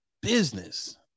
business